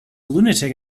lunatic